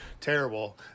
terrible